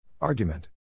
Argument